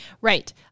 Right